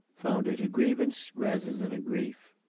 found it a grievance rather than a grief.